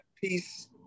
peace